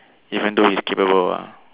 even though he's capable ah